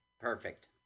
Perfect